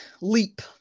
leap